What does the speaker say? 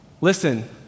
Listen